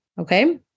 Okay